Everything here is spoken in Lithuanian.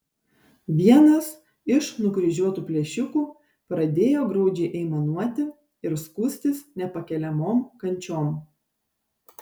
vienas iš nukryžiuotų plėšikų pradėjo graudžiai aimanuoti ir skųstis nepakeliamom kančiom